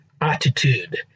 attitude